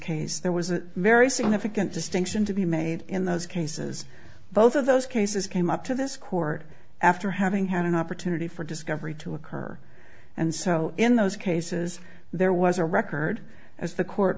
case there was a very significant distinction to be made in those cases both of those cases came up to this court after having had an opportunity for discovery to occur and so in those cases there was a record as the court